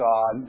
God